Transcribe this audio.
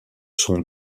sont